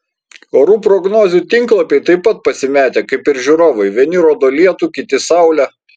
orų prognozių tinklapiai taip pat pasimetę kaip ir žiūrovai vieni rodo lietų kiti saulę